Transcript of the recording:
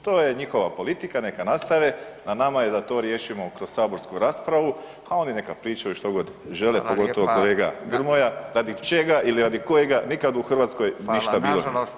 To je njihova politika, neka nastave, na nama je da to riješimo kroz saborsku raspravu a oni neka pričaju što god žele, [[Upadica Radin: Hvala lijepa.]] pogotovo kolega Grmoja, radi čega ili radi kojega nikad u Hrvatskoj ništa bilo nije.